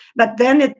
but then,